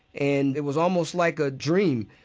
and it was almost like a dream,